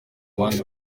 abandi